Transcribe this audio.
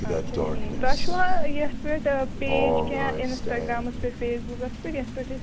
اَچھا ٹھیٖک تۄہہِ چھُوا یَتھ پٮ۪ٹھ پیج کیٚنٛہہ اِنسٹاگرامس پٮ۪ٹھ فیس بُکس پٮ۪ٹھ یَتھ پٮ۪ٹھ أسۍ